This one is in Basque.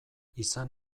izan